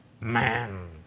man